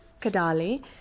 Kadali